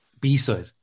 B-side